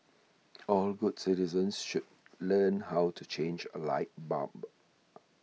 all good citizens should learn how to change a light bulb